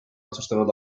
otsustanud